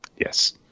yes